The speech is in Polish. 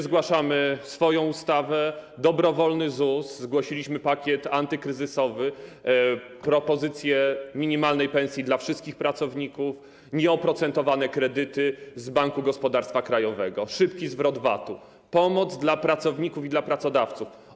Zgłaszamy swoją ustawę, dobrowolny ZUS, zgłosiliśmy pakiet antykryzysowy, propozycję minimalnej pensji dla wszystkich pracowników, nieoprocentowane kredyty z Banku Gospodarstwa Krajowego, szybki zwrot VAT-u, pomoc dla pracowników i dla pracodawców.